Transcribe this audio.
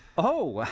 oh,